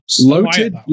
Loaded